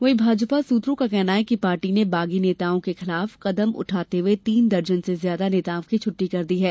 वहीं भाजपा सूत्रों का कहना है कि पार्टी ने बागी नेताओं के खिलाफ कदम उठाते हुए तीन दर्जन से ज्यादा नेताओं की छुट्टी कर दी है